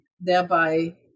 thereby